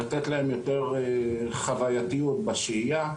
לתת להם יותר חווייתיות בשהייה,